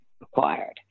required